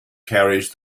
carries